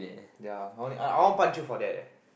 ya I I want to punch you for that leh